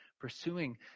Pursuing